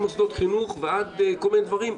החל ממוסדות חינוך ועד כל מיני דברים,